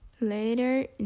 Later